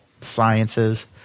Sciences